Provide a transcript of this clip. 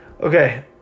Okay